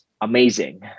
amazing